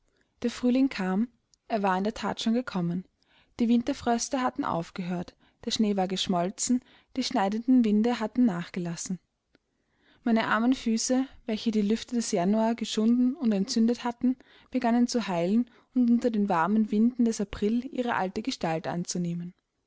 der frühling kam er war in der that schon gekommen die winterfröste hatten aufgehört der schnee war geschmolzen die schneidenden winde hatten nachgelassen meine armen füße welche die lüfte des januar geschunden und entzündet hatten begannen zu heilen und unter den warmen winden des april ihre alte gestalt anzunehmen